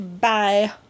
Bye